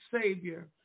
Savior